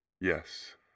Yes